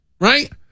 Right